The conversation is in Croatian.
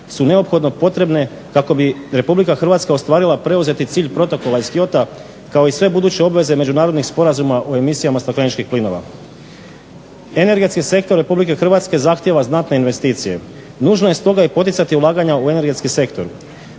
su neophodno potrebne kako bi RH ostvarila preuzeti cilj Protokola iz Kyota kao i sve buduće obveze međunarodnih sporazuma u emisijama stakleničkih plinova. Energetski sektor RH zahtjeva znatne investicije. Nužno je stoga i poticati ulaganja u energetski sektor.